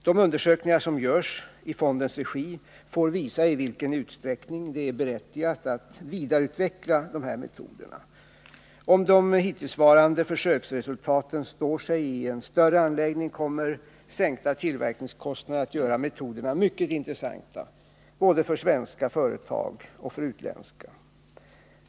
De undersökningar som görs i fondens regi får visa i vilken utsträckning det är berättigat att vidareutveckla dessa metoder. Om de hittillsvarande försöksresultaten står sig i en större anläggning, kommer sänkta tillverkningskostnader att göra metoderna mycket intressanta både för svenska och för utländska företag.